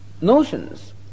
notions